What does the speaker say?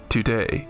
Today